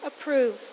approve